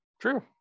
True